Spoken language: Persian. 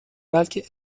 بلکه